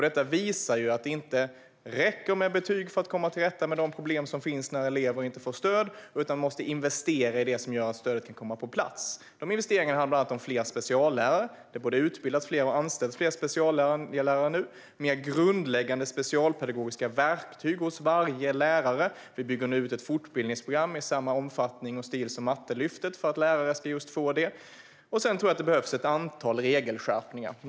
Detta visar att det inte räcker med betyg för att komma till rätta med de problem som finns när eleven inte får stöd, utan vi måste investera i det som gör att stödet kan komma på plats. Dessa investeringar handlar bland annat om fler speciallärare - det både utbildas fler och anställs fler speciallärare nu - och det handlar om mer grundläggande specialpedagogiska verktyg hos varje lärare. Vi bygger nu ut ett fortbildningsprogram i samma omfattning och stil som Mattelyftet för att lärare ska få just det. Jag tror även att det behövs ett antal regelskärpningar.